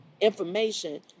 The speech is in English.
information